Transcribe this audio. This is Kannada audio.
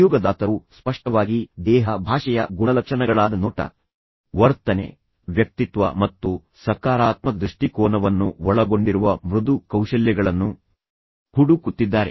ಉದ್ಯೋಗದಾತರು ಸ್ಪಷ್ಟವಾಗಿ ದೇಹ ಭಾಷೆಯ ಗುಣಲಕ್ಷಣಗಳಾದ ನೋಟ ವರ್ತನೆ ವ್ಯಕ್ತಿತ್ವ ಮತ್ತು ಸಕಾರಾತ್ಮಕ ದೃಷ್ಟಿಕೋನವನ್ನು ಒಳಗೊಂಡಿರುವ ಮೃದು ಕೌಶಲ್ಯಗಳನ್ನು ಹುಡುಕುತ್ತಿದ್ದಾರೆ